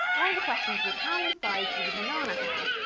one of the questions was how many sides does a banana have,